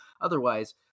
Otherwise